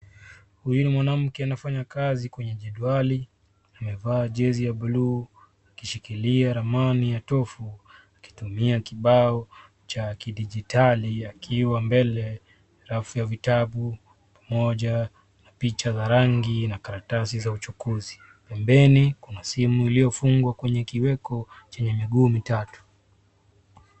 Huyu ni mwanamke anafanya kazi kwenye jedwali. Amevaa jezi ya buluu akishikilia ramani ya tofu akitumia kibao cha kidigitali akiwa mbele ya rafu ya vitabu pamoja na picha za rangi na karatasi za uchukuzi. Pembeni kuna simu iliyofungwa kwenye kiweko chenye miguu mitatu.